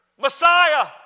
messiah